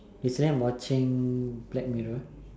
recently I'm watching black mirror